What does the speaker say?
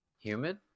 Humid